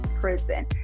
prison